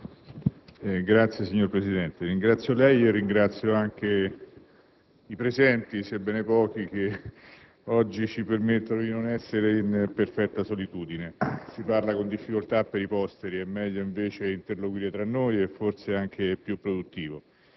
Signor Presidente, ringrazio lei e anche i presenti, sebbene pochi, che oggi ci permettono di non essere in perfetta solitudine. Si parla con difficoltà per i posteri; è meglio invece interloquire tra noi e forse è anche più produttivo.